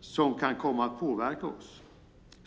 som kan komma att påverka oss.